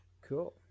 Cool